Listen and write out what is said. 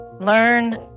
learn